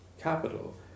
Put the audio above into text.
capital